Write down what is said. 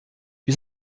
wir